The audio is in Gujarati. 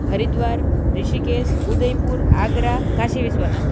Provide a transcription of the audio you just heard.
હરિદ્વાર ઋષિકેશ ઉદયપુર આગ્રા કાશી વિશ્વનાથ